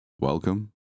welcome